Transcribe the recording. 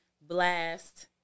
blast